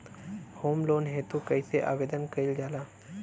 Home loan हेतु कइसे आवेदन कइल जाला?